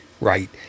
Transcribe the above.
right